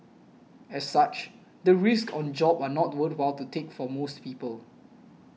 as such the risks on the job are not worthwhile to take for most people